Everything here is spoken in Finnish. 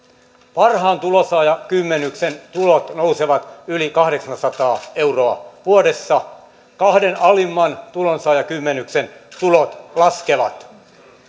parhaan tulonsaajakymmenyksen tulot nousevat yli kahdeksansataa euroa vuodessa kahden alimman tulonsaajakymmenyksen tulot laskevat